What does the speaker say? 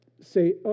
say